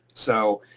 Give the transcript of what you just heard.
so,